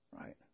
right